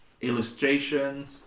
illustrations